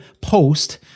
post